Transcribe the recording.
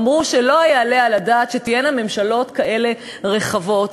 אמרו שלא יעלה על הדעת שתהיינה ממשלות כאלה רחבות,